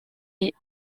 est